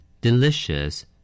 delicious